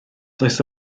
does